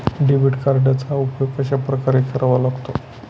Debit कार्डचा उपयोग कशाप्रकारे करावा लागतो?